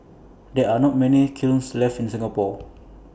there are not many kilns left in Singapore